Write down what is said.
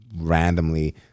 randomly